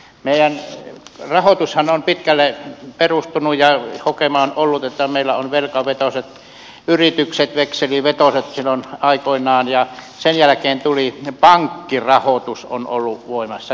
meidän rahoitushan on pitkälle perustunut siihen ja hokema on ollut että meillä on velkavetoiset yritykset vekselivetoiset silloin aikoinaan ja sen jälkeen on pankkirahoitus ollut voimassa